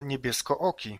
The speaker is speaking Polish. niebieskooki